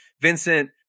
Vincent